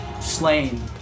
slain